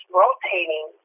rotating